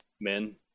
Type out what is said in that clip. men